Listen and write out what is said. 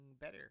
better